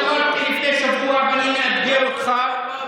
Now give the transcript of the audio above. אני אמרתי לפני שבוע ואני מאתגר אותך.